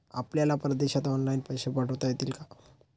आपल्याला परदेशात ऑनलाइन पैसे पाठवता येतील का?